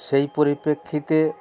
সেই পরিপ্রেক্ষিতে